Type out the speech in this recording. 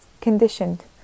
conditioned